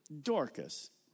Dorcas